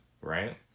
right